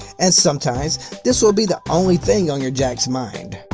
and, sometimes this will be the only thing on your jack's mind.